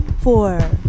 four